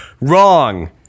Wrong